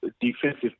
defensive